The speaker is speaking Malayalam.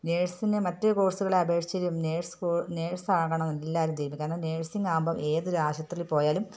നേഴ്സിന് മറ്റു കോഴ്സുകളെ അപേക്ഷിച്ച് നേഴ്സ് നേഴ്സ് ആകണം എന്ന് എല്ലാ രീതിയില് കാരണം നഴ്സിംഗ് ആകുമ്പം ഏതൊരു ആശുപത്രില് പോയാലും